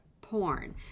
porn